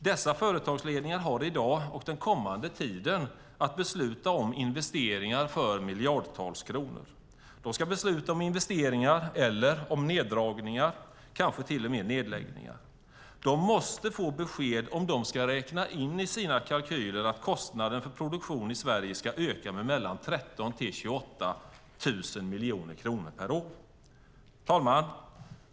Dessa företagsledare har i dag och den kommande tiden att besluta om investeringar för miljardtals kronor. De ska besluta om investeringar, neddragningar eller kanske till med nedläggningar. De måste få besked om de ska räkna in i sina kalkyler att kostnaden för produktion i Sverige ska öka med mellan 13 000 och 28 000 miljoner kronor per år. Herr talman!